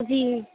جی